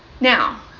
Now